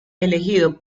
elegido